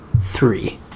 Three